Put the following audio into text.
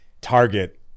target